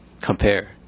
compare